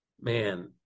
man